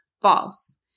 false